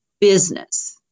business